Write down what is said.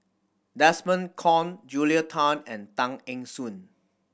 Desmond Kon Julia Tan and Tay Eng Soon